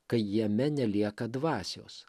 kai jame nelieka dvasios